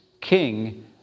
king